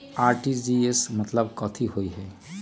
RTGS के मतलब कथी होइ?